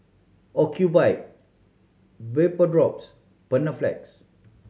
Ocuvite Vapodrops Panaflex